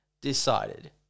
decided